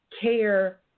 care